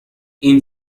این